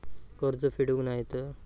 कर्ज फेडूक नाय तर?